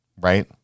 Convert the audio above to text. right